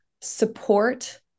support